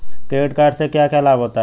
Credit card से क्या क्या लाभ होता है?